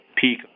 peak